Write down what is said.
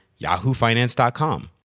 yahoofinance.com